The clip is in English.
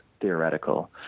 theoretical